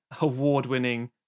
award-winning